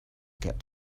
get